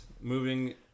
moving